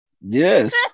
Yes